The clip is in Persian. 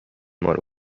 مارو